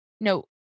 no